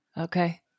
Okay